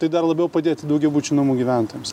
tai dar labiau padėti daugiabučių namų gyventojams